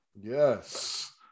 Yes